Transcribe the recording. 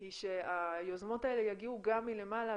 היא שהיוזמות האלה יגיעו גם מלמעלה,